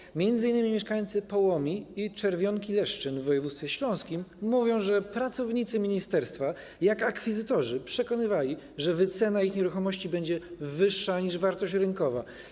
Chodzi m.in. o mieszkańców Połomii i Czerwionki-Leszczyn w województwie śląskim, którzy mówią, że pracownicy ministerstwa jak akwizytorzy przekonywali ich, że wycena ich nieruchomości będzie wyższa niż ich wartość rynkowa.